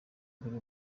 mbere